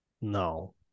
No